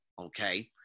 Okay